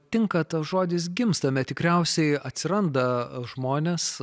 tinka tas žodis gimstame tikriausiai atsiranda žmonės